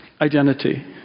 identity